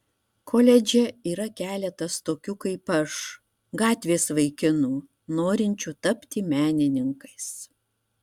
koledže yra keletas tokių kaip aš gatvės vaikinų norinčių tapti menininkais